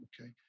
okay